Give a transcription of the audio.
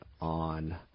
on